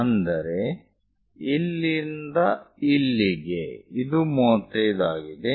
ಅಂದರೆ ಇಲ್ಲಿಂದ ಇಲ್ಲಿಗೆ ಇದು 35 ಆಗಿದೆ